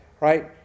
right